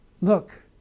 Look